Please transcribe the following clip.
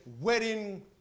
wedding